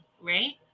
right